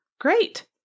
Great